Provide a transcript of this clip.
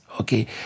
Okay